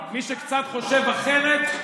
מי שקצת חושב אחרת,